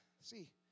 See